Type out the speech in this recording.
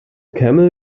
camel